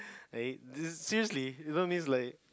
hey this seriously isn't this like